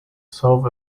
sought